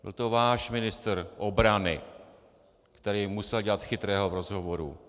Byl to váš ministr obrany, který musel dělat chytrého v rozhovoru.